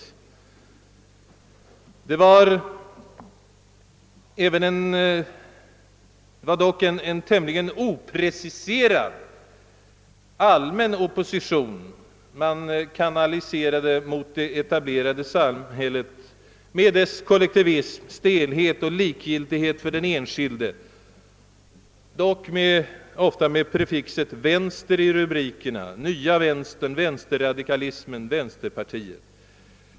Det var dock en tämligen opreciserad, allmän opposition man under dessa år samlade upp mot det etablerade samhället med dess kollektivism, stelhet och likgiltighet för den enskilde, för det mesta med prefixet »vänster» i rubrikerna: nya vänstern, vänsterradikalismen, vänsterpartiet.